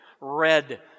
Red